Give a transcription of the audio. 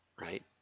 Right